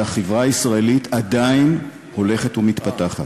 והחברה הישראלית עדיין הולכת ומתפתחת.